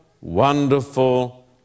wonderful